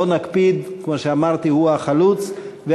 לא נקפיד, כמו שאמרתי, הוא החלוץ.